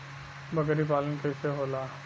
बकरी पालन कैसे होला?